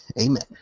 Amen